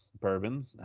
bourbon